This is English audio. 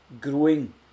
growing